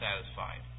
satisfied